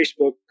Facebook